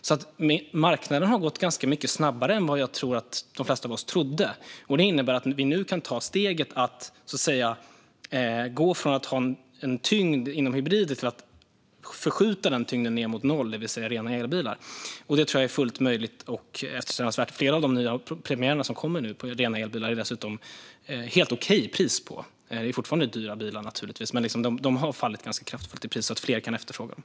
Marknadsutvecklingen har alltså gått ganska mycket snabbare än de flesta av oss trodde. Vi kan nu gå från att ha tyngden på hybrider till att förskjuta tyngden ned mot noll, det vill säga rena elbilar. Det tror jag är fullt möjligt. Flera av de nya elbilar som har premiär nu är det dessutom helt okej pris på. Det är naturligtvis fortfarande dyra bilar, men de har fallit ganska kraftigt i pris så att fler kan efterfråga dem.